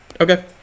Okay